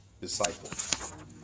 disciple